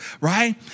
Right